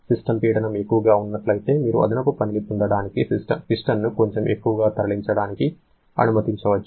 system పీడనం ఎక్కువగా ఉన్నట్లయితే మీరు అదనపు పనిని పొందడానికి పిస్టన్ను కొంచెం ఎక్కువగా తరలించడానికి అనుమతించవచ్చు